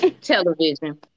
Television